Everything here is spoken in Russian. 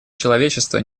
человечества